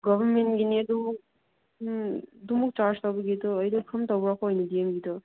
ꯒꯣꯕꯔꯃꯦꯟꯒꯤꯅꯤ ꯑꯗꯨ ꯑꯗꯨꯃꯨꯛ ꯆꯥꯔꯖ ꯇꯧꯕꯒꯤꯗꯨ ꯑꯩꯗꯨ ꯀꯔꯝ ꯇꯧꯕ꯭ꯔꯀꯣ ꯗꯤ ꯑꯦꯝꯒꯤꯗꯨ